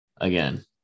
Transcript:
Again